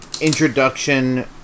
introduction